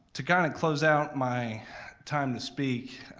to kind of close out my time to speak